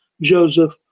Joseph